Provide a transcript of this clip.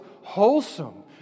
wholesome